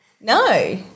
No